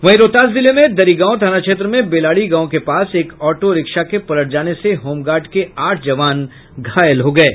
इधर रोहतास जिले में दरिगांव थाना क्षेत्र में बेलाढ़ी गांव के पास एक ऑटो रिक्शा के पलट जाने से होमगार्ड के आठ जवान घायल हो गये